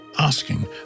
asking